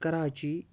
Karachi